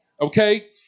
Okay